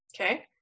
okay